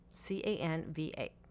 C-A-N-V-A